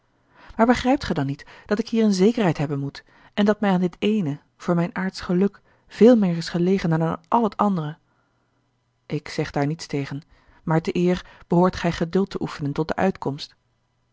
maar begrijpt gij dan niet dat ik hierin zekerheid hebben moet en dat mij aan dit eene voor mijn aardsch geluk veel meer is gelegen dan aan al het andere ik zeg daar niets tegen maar te eer behoort gij geduld te oefenen tot de uitkomst